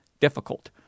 difficult